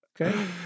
Okay